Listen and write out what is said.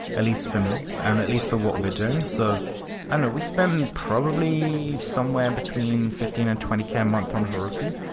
at least for me, and at least for what we're doing. so and we spend probably somewhere between fifteen and twenty k a month on heroku.